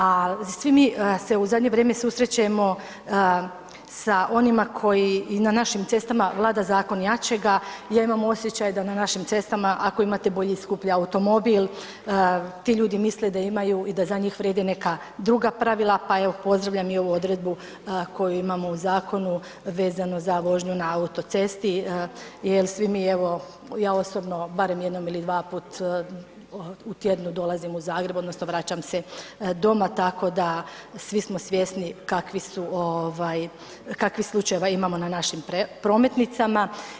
A svi mi se u zadnje vrijeme susrećemo sa onima koji i na našim cestama vlada zakon jačega, ja imam osjećaj da na našim cestama ako imate bolji i skuplji automobil, ti ljudi misle da imaju i da z a njih vrijede neka druga pravila pa evo pozdravljam i ovu odredbu koju imamo u zakonu vezanu za vožnju na autocesti jer svi mi evo, ja osobno barem jednom ili dva puta u tjednu dolazim u Zagreb, odnosno vraćam se doma tako da svi smo svjesni kakvih slučajeva ima na našim prometnicama.